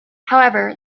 however